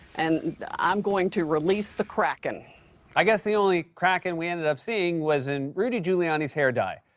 and i'm going to release the kraken. i guess the only kraken we ended up seeing was in rudy giuliani's hair dye.